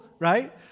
right